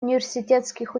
университетских